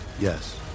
Yes